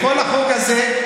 זה לא יעזור לכם,